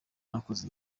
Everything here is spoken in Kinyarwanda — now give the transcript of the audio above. nakoze